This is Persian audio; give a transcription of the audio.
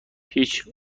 هیچ